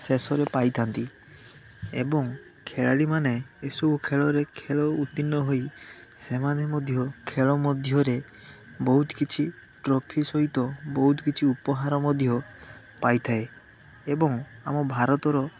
ଶେଷରେ ପାଇଥାନ୍ତି ଏବଂ ଖେଳାଳିମାନେ ଏସବୁ ଖେଳରେ ଖେଳ ଉତ୍ତୀର୍ଣ୍ଣ ହୋଇ ସେମାନେ ମଧ୍ୟ ଖେଳ ମଧ୍ୟରେ ବହୁତ କିଛି ଟ୍ରଫି ସହିତ ବହୁତ କିଛି ଉପହାର ମଧ୍ୟ ପାଇଥାଏ ଏବଂ ଆମ ଭାରତର